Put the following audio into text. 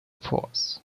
force